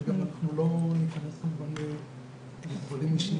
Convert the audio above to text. אבל אנחנו לא ניכנס כמובן למקרים אישיים